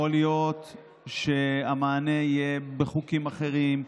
יכול להיות שהמענה יהיה בחוקים אחרים.